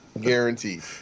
Guaranteed